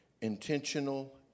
intentional